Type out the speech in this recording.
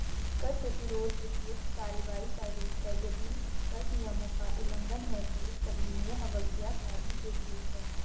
कर प्रतिरोध प्रत्यक्ष कार्रवाई का रूप है, यदि कर नियमों का उल्लंघन है, तो सविनय अवज्ञा का भी एक रूप है